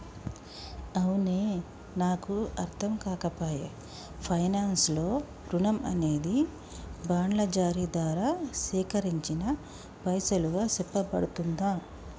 అవునే నాకు అర్ధంకాక పాయె పైనాన్స్ లో రుణం అనేది బాండ్ల జారీ దారా సేకరించిన పైసలుగా సెప్పబడుతుందా